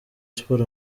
sport